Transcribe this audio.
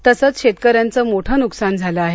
तसंच शेतकऱ्यांच मोठं नुकसान झालं आहे